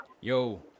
Yo